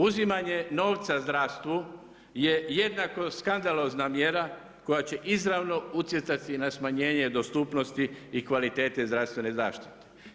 Uzimanje novca zdravstvu je jednako skandalozna mjera koja će izravno utjecati na smanjenje dostupnosti i kvalitete zdravstvene zaštite.